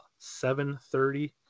7.30